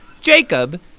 Jacob